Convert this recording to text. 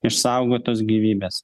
išsaugotos gyvybės